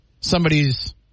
somebody's